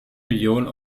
millionen